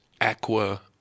aqua